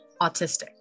autistic